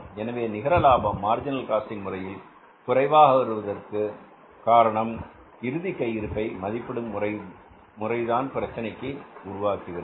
எனவே நிகர லாபம் மார்ஜினல் காஸ்ட் இன் முறையில் குறைவாக வருவதற்கு காரணம் இறுதி கையிருப்பை மதிப்பிடும் முறைதான் பிரச்சனையை உருவாக்குகிறது